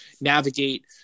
navigate